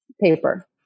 paper